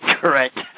Correct